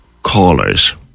callers